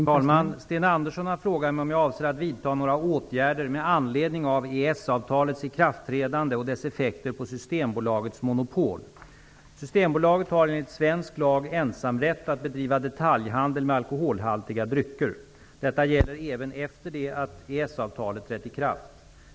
Herr talman! Sten Andersson i Malmö har frågat mig om jag avser att vidta några åtgärder med anledning av EES-avtalets ikraftträdande och dess effekter på Systembolagets monopol. Detta gäller även efter det att EES-avtalet trätt i kraft.